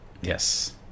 Yes